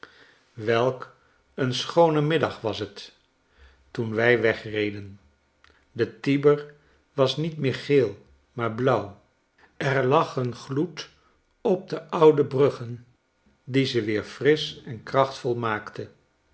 welk een schoone middag was het toen wij wegreden de tiber was niet meer geel maar blauw er lag een gloed op de oude bruggen die ze weer frisch en krachtvol maakte